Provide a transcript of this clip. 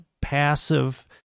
passive